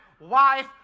wife